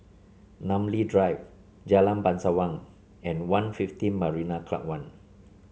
Namly Drive Jalan Bangsawan and One Fifteen Marina Club One